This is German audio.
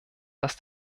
dass